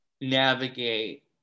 navigate